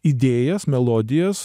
idėjas melodijas